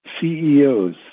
CEOs